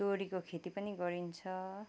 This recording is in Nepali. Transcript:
तोरीको खेती पनि गरिन्छ